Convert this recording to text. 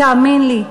תאמין לי,